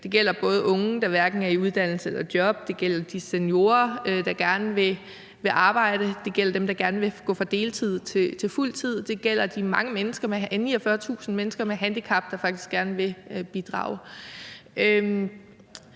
Det gælder unge, der hverken er i uddannelse eller job; det gælder de seniorer, der gerne vil arbejde; det gælder dem, der gerne vil gå fra deltid til fuld tid; og det gælder de 49.000 mennesker med handicap, der faktisk gerne vil bidrage.